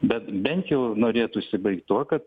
bet bent jau norėtųsi baigt tuo kad